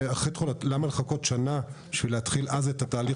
למה לחכות שנה בשביל להתחיל אז את התהליך